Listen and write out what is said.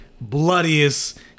bloodiest